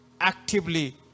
actively